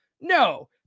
No